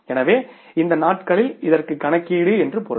எனவே இந்த நாட்களில் இதற்கு கணக்கீடு என்று பொருள்